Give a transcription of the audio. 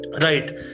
right